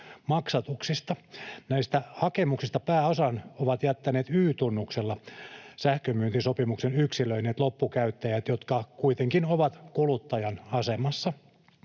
maksatuksista. Näistä hakemuksista pääosan ovat jättäneet Y-tunnuksella sähkönmyyntisopimuksen yksilöineet loppukäyttäjät, jotka kuitenkin ovat kuluttajan asemassa.